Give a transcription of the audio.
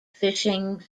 fishing